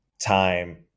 time